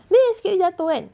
dia yang sikit hari jatuh kan